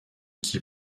qui